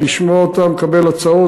לשמוע אותם ולקבל הצעות,